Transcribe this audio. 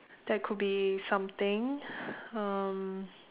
that could be something um